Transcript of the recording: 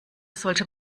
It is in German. sollte